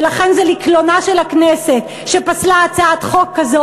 לכן זה לקלונה של הכנסת שפסלה הצעת חוק כזאת